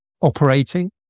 operating